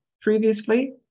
previously